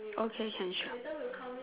okay can sure